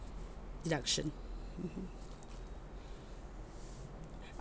deduction